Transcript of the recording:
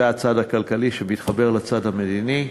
זה הצד הכלכלי שמתחבר לצד המדיני.